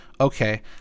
Okay